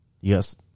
yes